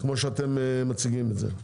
כמו שאתם מציגים את זה.